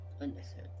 Understood